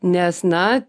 nes na